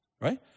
right